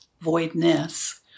voidness